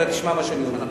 אתה תשמע מה שאני אומר.